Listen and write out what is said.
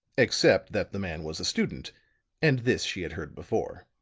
except that the man was a student and this she had heard before.